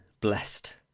blessed